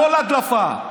כל הדלפה,